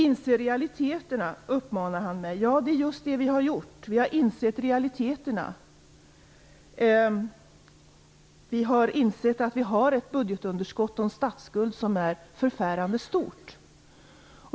Sedan uppmanar han mig att inse realiteterna. Det är just det vi har gjort. Vi har insett realiteterna. Vi har insett att vi har ett budgetunderskott och en statsskuld som är förfärande stora.